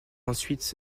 ensuite